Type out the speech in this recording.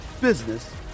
business